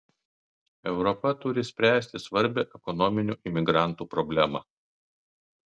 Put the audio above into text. europa turi spręsti svarbią ekonominių imigrantų problemą